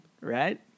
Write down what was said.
right